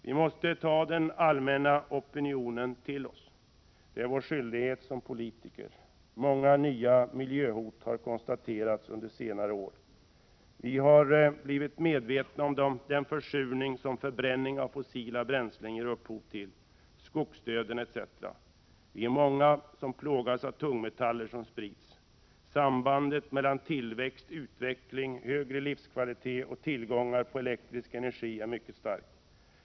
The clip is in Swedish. Vi måste ta den allmänna opinionen till oss. Det är vår skyldighet som politiker. Många nya miljöhot har konstaterats under senare år. Vi har blivit medvetna om den försurning som förbränning av fossila bränslen ger upphov till. Jag tänker då t.ex. på skogsdöden. Vi är många som plågas av alla tungmetaller som sprids. Sambandet mellan tillväxt, utveckling, bättre livskvalitet och tillgångar på elektrisk energi är mycket starkt.